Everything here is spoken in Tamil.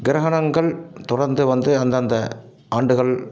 கிரகணங்கள் தொடர்ந்து வந்து அந்தந்த ஆண்டுகள்